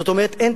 זאת אומרת, אין